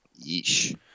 Yeesh